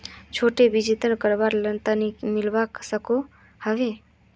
छोटो बिजनेस करवार केते लोन मिलवा सकोहो होबे?